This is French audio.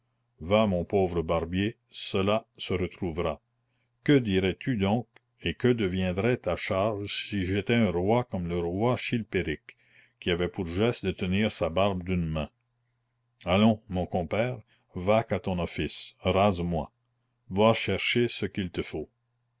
va mon pauvre barbier cela se retrouvera que dirais-tu donc et que deviendrait ta charge si j'étais un roi comme le roi chilpéric qui avait pour geste de tenir sa barbe d'une main allons mon compère vaque à ton office rase moi va chercher ce qu'il te faut